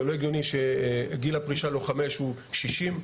זה לא הגיוני שגיל הפרישה ללוחמי אש הוא ששים,